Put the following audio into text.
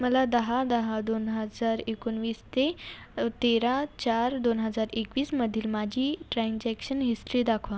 मला दहा दहा दोन हजार एकोणवीस ते तेरा चार दोन हजार एकवीसमधील माझी ट्रान्झॅक्शन हिस्ट्री दाखवा